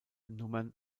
nummern